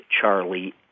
Charlie